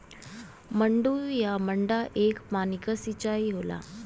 मड्डू या मड्डा एक पानी क सिंचाई होला